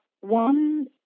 One